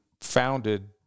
founded